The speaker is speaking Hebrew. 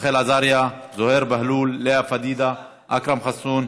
רחל עזריה, זוהיר בהלול, לאה פדידה, אכרם חסון,